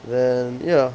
then ya